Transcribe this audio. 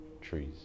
trees